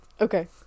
Okay